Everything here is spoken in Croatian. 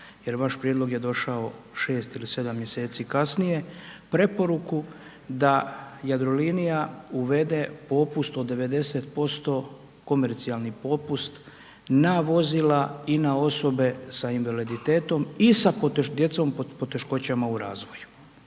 jer vaš prijedlog je došao 6 ili 7 mj. kasnije, preporuku da Jadrolinija uvede popust od 90%, komercijalni popust ma vozila i na osobe sa invaliditetom i sa djecom sa poteškoćama u razvoju.